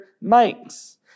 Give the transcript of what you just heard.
makes